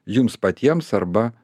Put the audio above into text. jums patiems arba